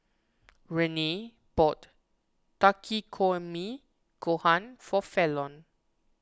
Renae bought Takikomi Gohan for Fallon